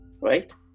Right